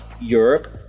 Europe